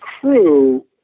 crew